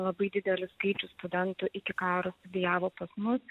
labai didelis skaičius studentų iki karo studijavo pas mus